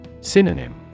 Synonym